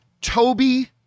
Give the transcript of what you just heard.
Toby